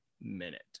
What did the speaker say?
minute